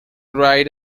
ride